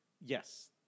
Yes